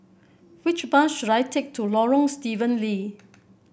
which bus should I take to Lorong Stephen Lee